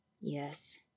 Yes